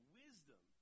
wisdom